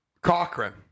Cochran